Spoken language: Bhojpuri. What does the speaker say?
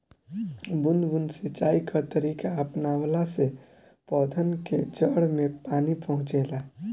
बूंद बूंद सिंचाई कअ तरीका अपनवला से पौधन के जड़ में पानी पहुंचेला